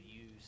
use